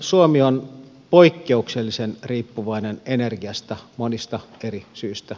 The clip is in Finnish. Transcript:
suomi on poikkeuksellisen riippuvainen energiasta monista eri syistä